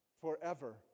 forever